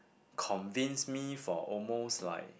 convince me for almost like